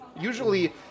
usually